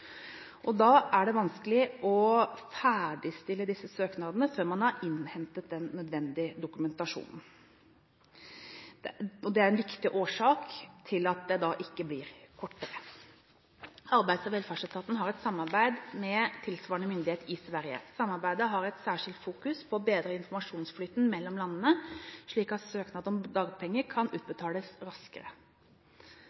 Det er vanskelig å ferdigstille disse søknadene før man har innhentet den nødvendige dokumentasjonen, og det er en viktig årsak til at tiden da ikke blir kortere. Arbeids- og velferdsetaten har et samarbeid med tilsvarende myndighet i Sverige. Samarbeidet har et særskilt fokus på å bedre informasjonsflyten mellom landene, slik at søknad om dagpenger kan